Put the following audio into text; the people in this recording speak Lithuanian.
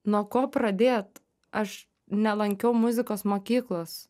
nuo ko pradėt aš nelankiau muzikos mokyklos